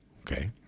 okay